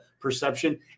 perception